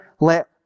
let